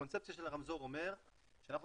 הקונספציה של הרמזור אומרת שאנחנו